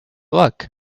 luck